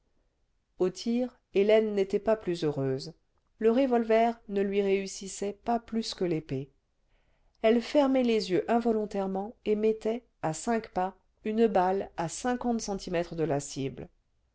au tir hélène n'était pas plus heureuse le revolver ne lui réussissait la salle d'armes du journal pas plus que l'épée elle fermait les yeux involontairement et mettait à cinq pas une balle à cinquante centimètres de la cible